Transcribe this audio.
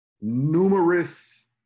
Numerous